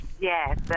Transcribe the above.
yes